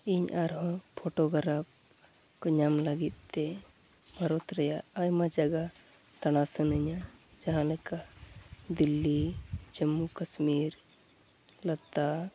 ᱤᱧ ᱟᱨᱦᱚᱸ ᱯᱷᱳᱴᱳᱜᱨᱟᱯᱷ ᱠᱚ ᱧᱟᱢ ᱞᱟᱹᱜᱤᱫ ᱛᱮ ᱵᱷᱟᱨᱚᱛ ᱨᱮᱭᱟᱜ ᱟᱭᱢᱟ ᱡᱟᱭᱜᱟ ᱫᱟᱬᱟ ᱥᱟᱱᱟᱧᱟᱹ ᱡᱟᱦᱟᱸ ᱞᱮᱠᱟ ᱫᱤᱞᱞᱤ ᱡᱚᱢᱢᱩᱼᱠᱟ ᱥᱢᱤᱨ ᱞᱟᱫᱟᱠᱷ